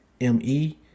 M-E